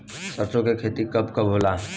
सरसों के खेती कब कब होला?